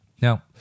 Now